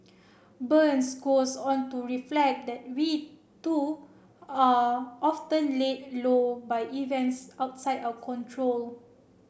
burns goes on to reflect that we too are often laid low by events outside our control